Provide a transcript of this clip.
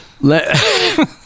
let